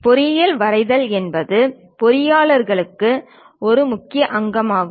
பொறியியல் வரைதல் என்பது பொறியாளர்களுக்கு ஒரு முக்கிய அங்கமாகும்